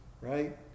right